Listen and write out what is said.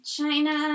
China